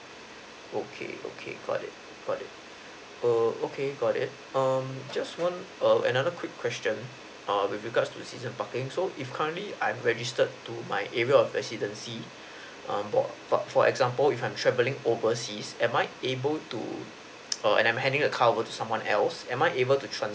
okay okay got it got it err okay got it um just one err another quick question err with regard to season parking so if currently I'm registered to my area of residency err for for example if I'm travelling overseas am I able to to err and I'm handing my car to someone else am I able to transfer